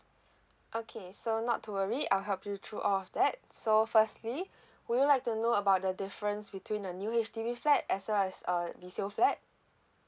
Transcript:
okay so not to worry I'll help you through all of that so firstly would you like to know about the difference between the new H_D_B flat as well as uh resale flat